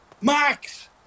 Max